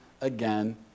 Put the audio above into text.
again